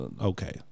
Okay